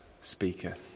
speaker